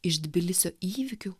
iš tbilisio įvykių